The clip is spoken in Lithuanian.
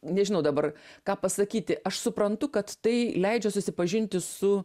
nežinau dabar ką pasakyti aš suprantu kad tai leidžia susipažinti su